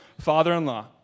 father-in-law